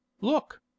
Look